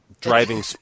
driving